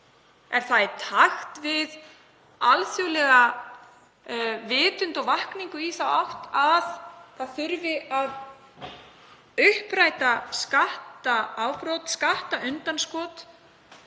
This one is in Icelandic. Er það í takt við alþjóðlega vitundarvakningu í þá átt að það þurfi að uppræta skattaafbrot, skattundanskot?